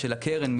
של הקרן,